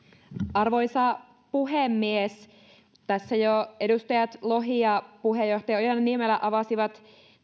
arvoisa puhemies tässä jo edustaja lohi ja puheenjohtaja ojala niemelä avasivat